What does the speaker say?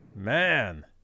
man